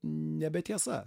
nebe tiesa